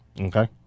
Okay